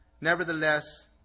Nevertheless